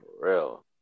real